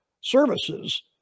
services